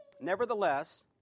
Nevertheless